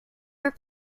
were